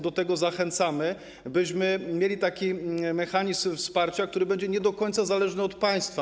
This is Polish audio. Do tego zachęcamy, byśmy mieli taki mechanizm wsparcia, który będzie nie do końca zależny od państwa.